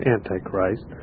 Antichrist